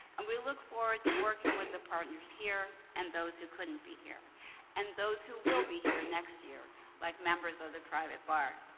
and we look forward to working with the partners here and those who couldn't be here and those who will be here next year like members of the private bar.